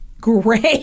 Great